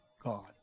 God